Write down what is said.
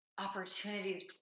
opportunities